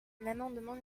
l’amendement